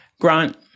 grant